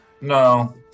No